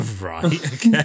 right